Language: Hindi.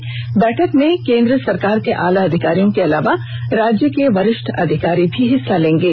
इस बैठक में केंद्र सरकार के आलाधिकारियों के अलावा राज्यों के वरिष्ठ अधिकारी भी हिस्सा लेंगे